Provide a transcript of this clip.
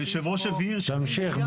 תמשיך,